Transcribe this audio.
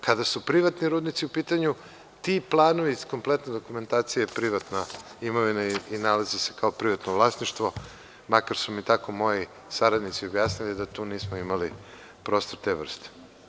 Kada su privatni rudnici u pitanju ti planovi i kompletna dokumentacija je privatna imovina i nalazi se kao privatno vlasništvo, makar su mi tako moji saradnici objasnili da tu nismo imali prostor te vrste.